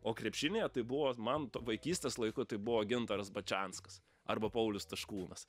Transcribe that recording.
o krepšinyje tai buvo man t vaikystės laiku tai buvo gintaras bačianskas arba paulius staškūnas